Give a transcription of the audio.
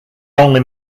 only